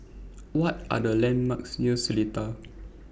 What Are The landmarks near Seletar